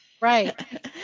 Right